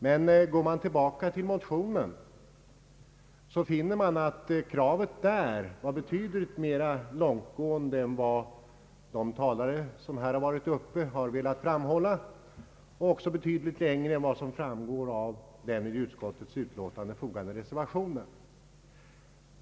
Men går man tillbaka till motionen, finner man att kravet där är betydligt mera långtgående än de talare som här varit uppe velat framhålla och även sträcker sig betydligt längre än som framgår av den vid utskottets utlåtande fogade reservationen.